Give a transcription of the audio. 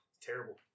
Terrible